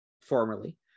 formerly